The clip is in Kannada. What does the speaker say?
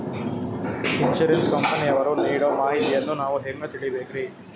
ಇನ್ಸೂರೆನ್ಸ್ ಕಂಪನಿಯವರು ನೀಡೋ ಮಾಹಿತಿಯನ್ನು ನಾವು ಹೆಂಗಾ ತಿಳಿಬೇಕ್ರಿ?